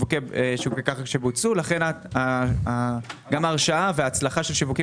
קרקע שבוצעו ולכן גם ההרשאה וההצלחה של שיווקים